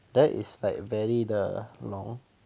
that is like very 的 long